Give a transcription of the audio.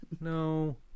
No